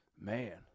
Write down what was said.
man